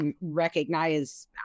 recognize